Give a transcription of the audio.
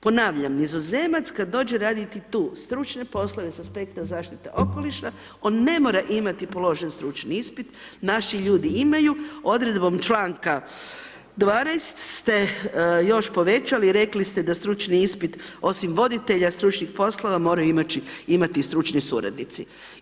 Ponavljam, nizozemac kad dođe raditi tu stručne poslove sa aspekta zaštite okoliša on ne mora imati položen stručni ispit, naši ljudi imaju, odredbom članka 12. ste još povećali rekli ste da stručni ispit osim voditelja stručnih poslova moraju imati i stručni suradnici.